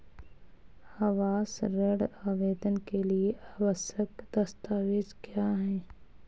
आवास ऋण आवेदन के लिए आवश्यक दस्तावेज़ क्या हैं?